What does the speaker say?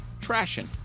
trashing